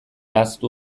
ahaztu